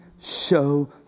show